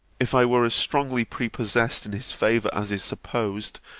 if i were as strongly prepossessed in his favour as is supposed,